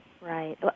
Right